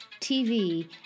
TV